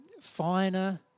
finer